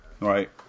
Right